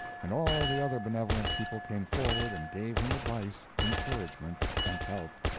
and all the other benevolent people came forward and gave him advice, encouragement and help.